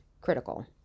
critical